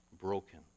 broken